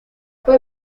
fue